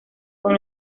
con